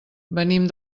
venim